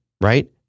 right